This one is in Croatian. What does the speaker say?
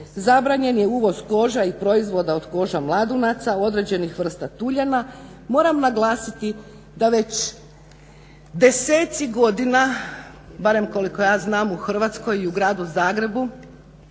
zabranjen je uvoz koža i proizvoda od koža mladunaca, određenih vrsta tuljana. Moram naglasiti da već deseci godina barem koliko ja znam u Hrvatskoj i u gradu Zagrebu